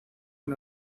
con